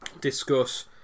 discuss